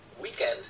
weekend